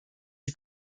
die